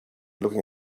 looking